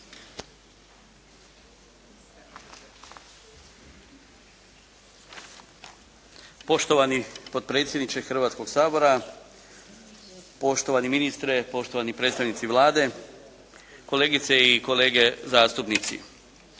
Poštovani potpredsjedniče Hrvatskoga sabora, poštovani ministre, poštovani predstavnici Vlade, kolegice i kolege zastupnici.